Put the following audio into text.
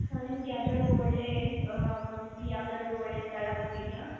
ಹಾಂ ನಿಮ್ಗೆ ಯಾವ್ದಾದ್ರು ಒಳ್ಳೆಯ ಯಾವ್ದಾದ್ರು ಒಳ್ಳೆಯ ಸ್ಥಳ ಗೊತ್ತಿದೆಯಾ